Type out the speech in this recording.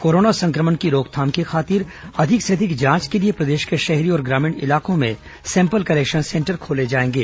corona संक्रमण की रोकथाम की खातिर अधिक से अधिक जांच के लिए प्रदेश के शहरी और ग्रामीण इलाकों में सैंपल कलेक्शन सेंटर खोले जाएंगे